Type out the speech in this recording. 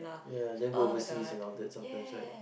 yeah then go overseas and all that sometimes right